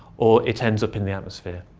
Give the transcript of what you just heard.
or it ends up in the atmosphere.